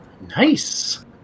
Nice